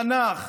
תנ"ך,